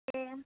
दे